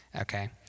okay